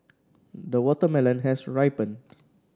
the watermelon has ripened